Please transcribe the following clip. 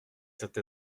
cette